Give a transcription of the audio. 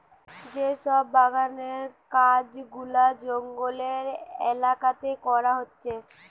যে সব বাগানের কাজ গুলা জঙ্গলের এলাকাতে করা হচ্ছে